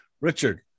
Richard